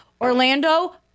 Orlando